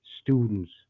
students